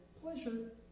pleasure